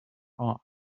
off